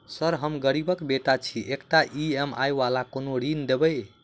Sir हम गरीबक बेटा छी एकटा ई.एम.आई वला कोनो ऋण देबै?